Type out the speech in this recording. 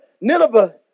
Nineveh